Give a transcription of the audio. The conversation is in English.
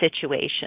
situation